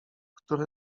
który